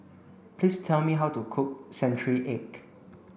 please tell me how to cook century egg